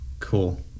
Cool